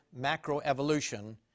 Macroevolution